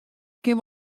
kin